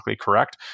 correct